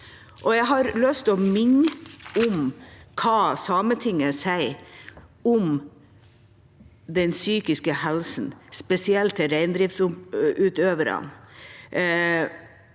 Jeg har lyst til å minne om hva Sametinget sier om den psykiske helsen, spesielt til reindriftsutøverne.